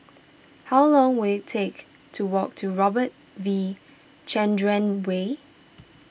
how long will it take to walk to Robert V Chandran Way